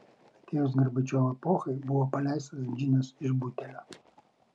atėjus gorbačiovo epochai buvo paleistas džinas iš butelio